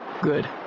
Good